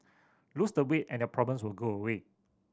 lose the weight and your problems will go away